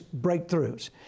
breakthroughs